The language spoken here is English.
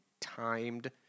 timed